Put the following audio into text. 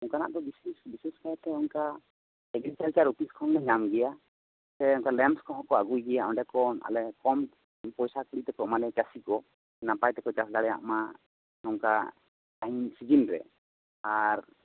ᱚᱱᱠᱟᱱᱟᱜ ᱫᱚ ᱵᱤᱥᱤ ᱵᱤᱥᱥᱮᱠᱟᱭᱛᱮ ᱚᱱᱠᱟ ᱮᱜᱨᱤᱠᱟᱞᱪᱟᱨ ᱳᱯᱷᱤᱥ ᱠᱷᱚᱱ ᱞᱮ ᱧᱟᱢ ᱜᱮᱭᱟ ᱥᱮ ᱞᱮᱢᱯ ᱠᱚᱦᱚᱸ ᱟᱹᱜᱩᱭ ᱜᱮᱭᱟ ᱚᱰᱮ ᱠᱷᱚᱱ ᱟᱞᱮ ᱠᱚᱢ ᱯᱚᱭᱥᱟ ᱠᱩᱲᱤ ᱛᱮᱠᱚ ᱮᱢᱟ ᱞᱮᱭᱟ ᱪᱟᱹᱥᱤ ᱠᱚ ᱱᱟᱯᱟᱭ ᱛᱮᱠᱚ ᱪᱟᱥ ᱫᱟᱲᱮᱭᱟᱜ ᱢᱟ ᱱᱚᱝᱠᱟ ᱴᱟᱭᱤᱢ ᱥᱤᱡᱮᱱ ᱨᱮ ᱟᱨ